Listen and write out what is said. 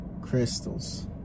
Crystals